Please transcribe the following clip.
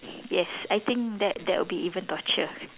yes I think that that will be even torture